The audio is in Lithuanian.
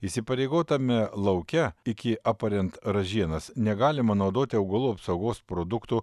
įsipareigotame lauke iki apariant ražienas negalima naudoti augalų apsaugos produktų